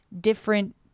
different